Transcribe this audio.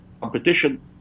competition